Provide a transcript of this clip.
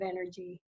energy